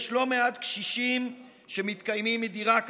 יש לא מעט קשישים שמתקיימים מדירה כזאת.